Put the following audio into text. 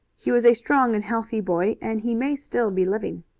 he was a strong and healthy boy, and he may still be living.